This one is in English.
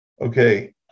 Okay